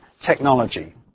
technology